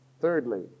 Thirdly